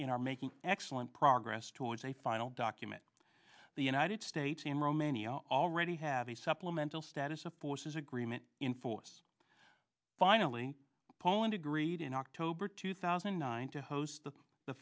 in our making excellent progress towards a final document the united states and romania already have a supplemental status of forces agreement in force finally poland agreed in october two thousand and nine to host the